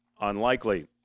unlikely